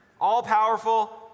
All-powerful